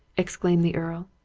exclaimed the earl.